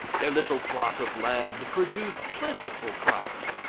their little plot of land produced plentiful crops.